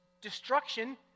destruction